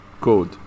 code